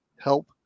Help